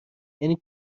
یعنی